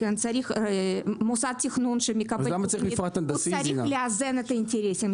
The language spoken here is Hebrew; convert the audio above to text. צריך מוסד תכנון שהוא צריך לאזן את האינטרסים.